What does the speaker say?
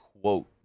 quote